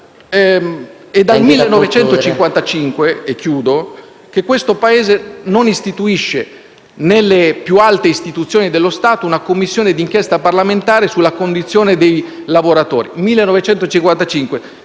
è dal 1955 che questo Paese non istituisce presso le più alte istituzioni dello Stato una Commissione d'inchiesta parlamentare sulla condizione dei lavoratori; era